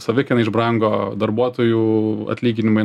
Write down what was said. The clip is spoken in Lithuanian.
savikaina išbrango darbuotojų atlyginimai